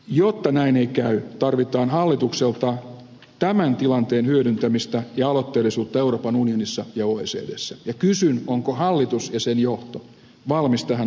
jotta näin ei käy tarvitaan hallitukselta tämän tilanteen hyödyntämistä ja aloitteellisuutta euroopan unionissa ja oecdssä ja kysyn onko hallitus ja sen johto valmis tähän aloitteellisuuteen